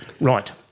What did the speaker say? Right